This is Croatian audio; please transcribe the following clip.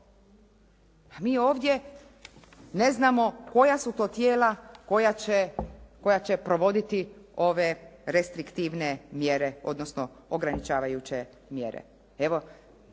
A mi ovdje ne znamo koja su to tijela koja će provoditi ove restriktivne mjere, odnosno ograničavajuće mjere.